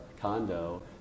condo